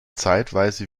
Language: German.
zeitweise